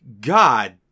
God